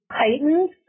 heightened